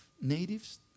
natives